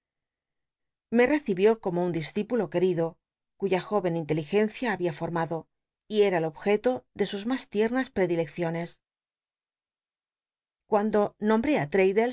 me recibió como nn discípulo querido cuya jó yen inteligencia babia formado y era el objeto de sus mas liernas predilecciones cuando nombré